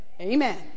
Amen